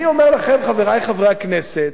אני אומר לכם, חברי חברי הכנסת,